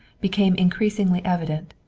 became increasingly evident,